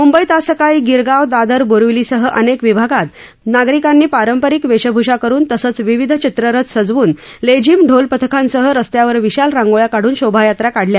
मुंबईत आज सकाळी गिरगाव दादर बोरिवलीसह अनेक विभागात नागरिकांनी पारंपारिक वेशभूषा करुन तसंच विविध चित्ररथ सजवून लेझीम ढोलपथकांसह रस्त्यांवर विशाल रांगोळया काढून शोभा यात्रा काढल्या